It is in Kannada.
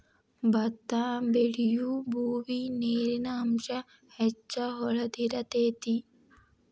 ಬತ್ತಾ ಬೆಳಿಯುಬೂಮಿ ನೇರಿನ ಅಂಶಾ ಹೆಚ್ಚ ಹೊಳದಿರತೆತಿ